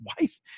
wife